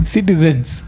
Citizens